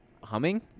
humming